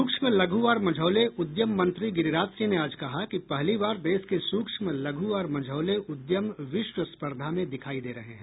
सूक्ष्म लघु और मझौले उद्यम मंत्री गिरिराज सिंह ने आज कहा कि पहली बार देश के सूक्ष्म लघु और मझौले उद्यम विश्व स्पर्धा में दिखाई दे रहे हैं